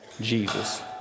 Jesus